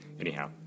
Anyhow